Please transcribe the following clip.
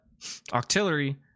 Octillery